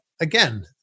again